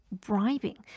bribing